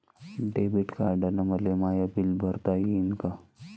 Debit कार्डानं मले माय बिल भरता येईन का?